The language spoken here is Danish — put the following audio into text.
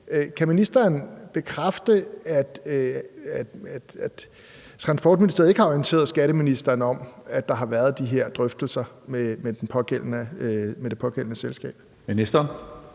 Kan ministeren bekræfte, at Transportministeriet ikke har orienteret skatteministeren om, at der har været de her drøftelser med det pågældende selskab? Kl.